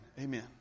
Amen